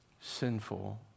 sinful